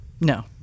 No